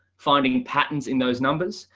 finding patterns in those numbers.